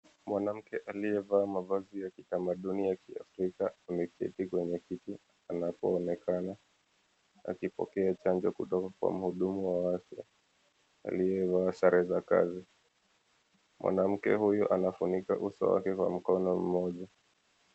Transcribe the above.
Mwanamke aliyevaa mavazi ya kitamaduni ya kiafrika ameketi kwenye kiti anapoonekana akipokea chanjo kutoka kwa mhudumu wa afya aliyevaa sare za kazi. Mwanamke huyu anafunika uso wake kwa mkono mmoja.